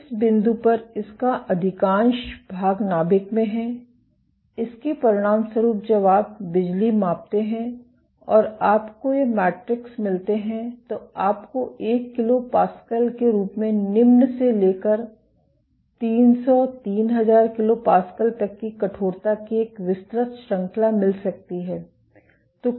तो इस बिंदु पर इसका अधिकांश भाग नाभिक में है इसके परिणामस्वरूप जब आप बिजली मापते हैं और आपको ये मेट्रिक्स मिलते हैं तो आपको 1 किलो पास्कल के रूप में निम्न से लेकर 300 3000 किलो पास्कल तक की कठोरता की एक विस्तृत श्रृंखला मिल सकती है